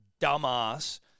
dumbass